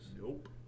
Nope